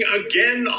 again